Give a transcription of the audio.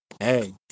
Hey